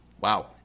Wow